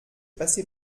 passé